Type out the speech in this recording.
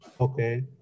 Okay